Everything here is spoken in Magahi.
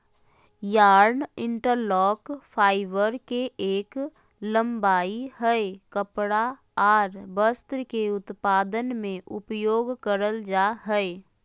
यार्न इंटरलॉक, फाइबर के एक लंबाई हय कपड़ा आर वस्त्र के उत्पादन में उपयोग करल जा हय